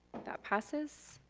that passes.